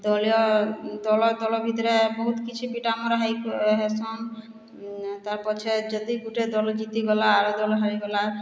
ଦଳୀୟ ଦଳ ଦଳ ଭିତ୍ରେ ବହୁତ୍ କିଛି ପିଟାମରା ହେସନ୍ ତାର୍ପଛେ ଯଦି ଗୁଟେ ଦଳ ଜିତିଗଲା ଆର ଦଳ ହାରିଗଲା